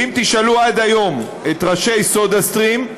ואם תשאלו עד היום את ראשי סודה סטרים,